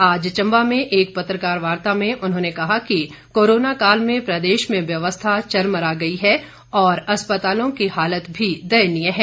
आज चंबा में एक पत्रकार वार्ता में उन्होंने कहा कि कोरोना काल में प्रदेश में व्यवस्था चरमरा गई हैं और अस्पतालों की हालत भी दयनीय है